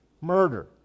murder